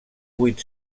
vuit